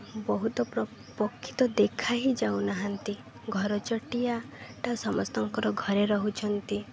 ବହୁତ ପକ୍ଷି ତ ଦେଖା ହିଁ ଯାଉନାହାନ୍ତି ଘରଚଟିଆଟା ସମସ୍ତଙ୍କର ଘରେ ରହୁଛନ୍ତି